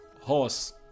Horse